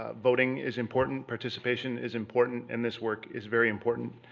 ah voting is important. participation is important. and this work is very important.